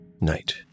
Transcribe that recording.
NIGHT